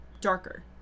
darker